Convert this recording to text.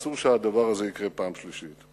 אסור שהדבר הזה יקרה פעם שלישית.